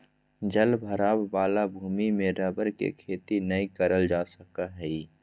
जल भराव वाला भूमि में रबर के खेती नय करल जा सका हइ